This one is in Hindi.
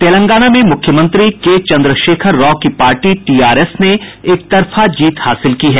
तेलंगाना में मूख्यमंत्री के चंद्रशेखर राव की पार्टी टीआरएस ने एकतरफा जीत हासिल की है